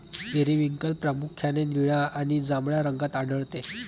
periwinkle प्रामुख्याने निळ्या आणि जांभळ्या रंगात आढळते